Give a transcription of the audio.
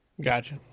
Gotcha